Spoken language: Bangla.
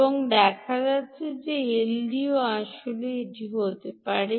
এবং দেখা যাচ্ছে যে এলডিও আসলে এটি করতে পারে